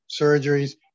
surgeries